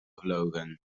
gevlogen